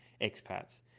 expats